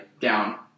down